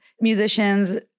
musicians